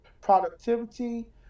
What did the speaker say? productivity